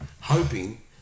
hoping